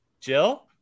Jill